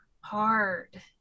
Hard